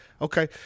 okay